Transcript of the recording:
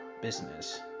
business